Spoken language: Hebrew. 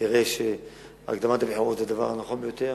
אראה שהקדמת הבחירות זה הדבר הנכון ביותר,